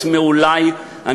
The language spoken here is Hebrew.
אולי חוץ,